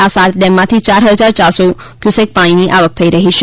આ સાત ડેમમાંથી યાર હજાર ચારસો ક્યુસેક પાણીની આવક થઇ રહી છે